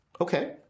Okay